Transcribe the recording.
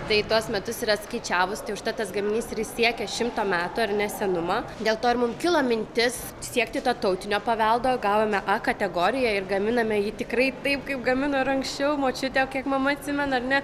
tai tuos metus yra skaičiavus tai užtat tas gaminys ir jis siekia šimto metų ar ne senumą dėl to ir mum kilo mintis siekti to tautinio paveldo gavome a kategoriją ir gaminame jį tikrai taip kaip gamino ir anksčiau močiutė kiek mama atsimena ar ne